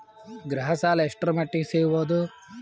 ಗೃಹ ಸಾಲ ಎಷ್ಟರ ಮಟ್ಟಿಗ ಸಿಗಬಹುದು?